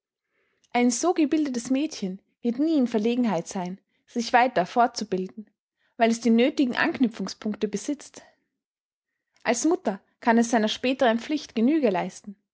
ein so gebildetes mädchen wird nie in verlegenheit sein sich weiter fort zu bilden weil es die nöthigen anknüpfungspunkte besitzt als mutter kann es seiner späteren pflicht genüge leisten